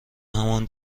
همان